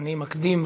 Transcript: אני מקדים,